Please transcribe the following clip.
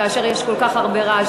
כאשר יש כל כך הרבה רעש.